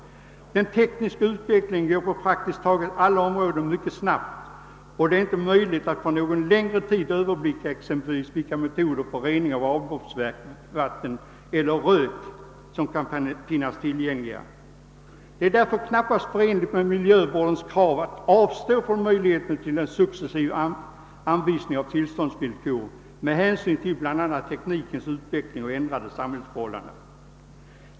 Den tekniska utvecklingen går på praktiskt taget alla områden mycket snabbt, och man kan inte för någon längre tid överblicka exempelvis vilka metoder för rening av avloppsvatten eller rök som kan finnas tillgängliga. Det är därför knappast förenligt med miljövårdens krav att avstå från möjligheten till en successiv anpassning av tillståndsvillkor med hänsyn till bl.a. teknikens utveckling och ändrade samhällsförhållanden.